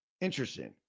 Interesting